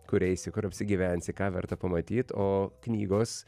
kur eisi kur apsigyvensi ką verta pamatyt o knygos